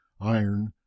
iron